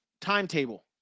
timetable